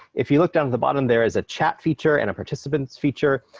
if you look down to the bottom, there is a chat feature and a participants feature.